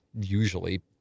usually